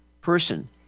person